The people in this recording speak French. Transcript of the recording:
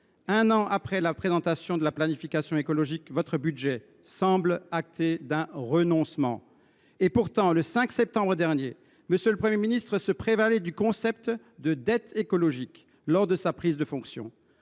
un an après la présentation de la planification écologique, votre budget semble acter un renoncement. Pourtant, le 5 septembre dernier, M. le Premier ministre faisait grand cas du concept de dette écologique lors de sa prise de fonctions.